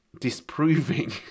disproving